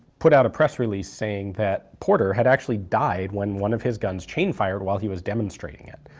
put out a press release saying that porter had actually died when one of his guns chain fired while he was demonstrating it.